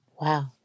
wow